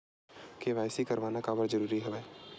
KYC करवाना काबर जरूरी हवय?